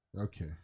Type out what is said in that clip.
Okay